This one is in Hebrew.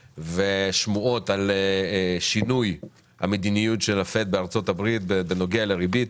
ושמועות על שינוי המדיניות של ה-FED בארצות הברית בנוגע לריבית.